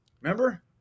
Remember